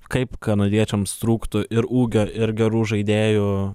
kaip kanadiečiams trūktų ir ūgio ir gerų žaidėjų